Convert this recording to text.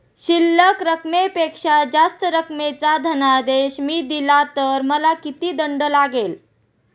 शिल्लक रकमेपेक्षा जास्त रकमेचा धनादेश मी दिला तर मला किती दंड लागेल?